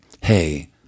hey